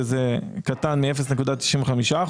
שזה קטן מ-0.95%,